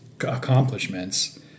accomplishments